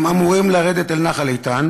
הם אמורים לרדת אל נחל איתן